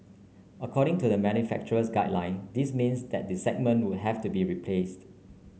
according to the manufacturer's guideline this means that the segment would have to be replaced